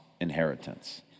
inheritance